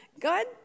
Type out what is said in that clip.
God